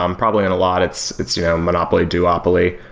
um probably in a lot, it's it's you know monopoly duopoly.